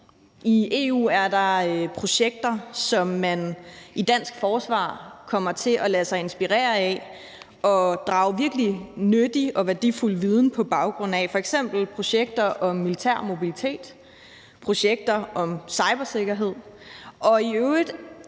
I EU er der projekter, som man i det danske forsvar kommer til at lade sig inspirere af og drage virkelig nyttig og værdifuld viden på baggrund af, f.eks. projekter om militær mobilitet og projekter om cybersikkerhed. Og i øvrigt